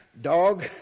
Dog